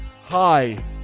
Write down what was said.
Hi